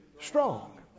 strong